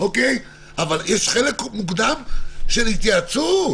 אבל יש חלק מוקדם של התייעצות.